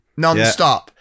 nonstop